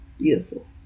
beautiful